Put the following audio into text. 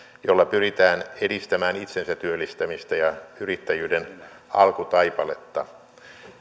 jolla pyritään edistämään itsensä työllistämistä ja yrittäjyyden alkutaipaletta